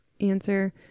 answer